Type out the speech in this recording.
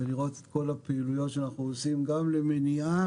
ולראות את כל הפעילויות שאנחנו עושים גם למניעה,